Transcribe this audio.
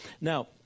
Now